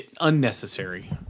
unnecessary